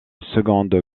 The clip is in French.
seconde